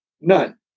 none